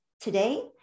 today